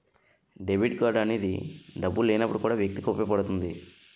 debit card అనేది డబ్బులు లేనప్పుడు కూడా వ్యక్తికి ఉపయోగపడుతుంది